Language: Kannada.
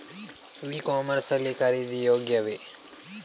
ಇ ಕಾಮರ್ಸ್ ಲ್ಲಿ ಖರೀದಿ ಯೋಗ್ಯವೇ?